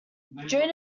during